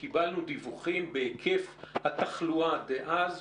קיבלנו דיווחים בהיקף התחלואה דאז,